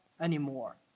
anymore